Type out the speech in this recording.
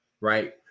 right